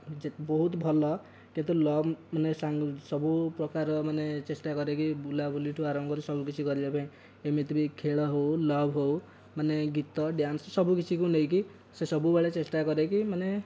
ଯେ ବହୁତ ଭଲ୍ କିନ୍ତୁ ଲଭ୍ ମାନେ ସବୁ ପ୍ରକାର ମାନେ ଚେଷ୍ଟା କରେକି ବୁଲାବୁଲିଠୁ ଆରମ୍ଭ କରି ସବୁ କିଛି କରିବା ପାଇଁ ଏମିତିରେ ଖେଳ ହେଉ ଲଭ୍ ହେଉ ମାନେ ଗୀତ ଡ୍ୟାନ୍ସ ସବୁକିଛିକୁ ନେଇକି ସେ ସବୁବେଳେ ଚେଷ୍ଟା କରେକି ମାନେ